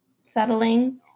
settling